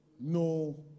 No